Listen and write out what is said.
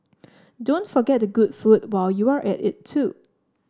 don't forget the good food while you're at it too